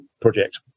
project